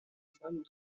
femme